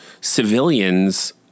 civilians